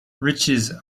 riches